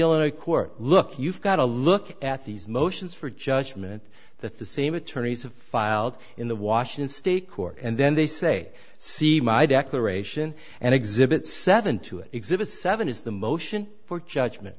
the court look you've got to look at these motions for judgment that the same attorneys have filed in the washington state court and then they say see my declaration and exhibit seven to exhibit seven is the motion for judgment